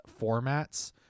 formats